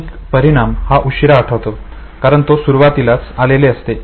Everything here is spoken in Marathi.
प्राथमिक परिणाम हा उशिरा आठवतो कारण तो सुरुवातीलाच आलेले असते